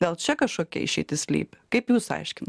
gal čia kažkokia išeitis slypi kaip jūs aiškinat